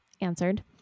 answered